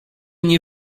nie